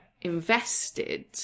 invested